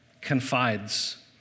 confides